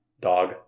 dog